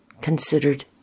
considered